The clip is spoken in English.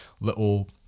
little